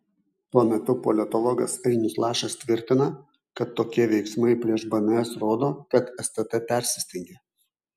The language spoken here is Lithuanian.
tuo metu politologas ainius lašas tvirtina kad tokie veiksmai prieš bns rodo kad stt persistengė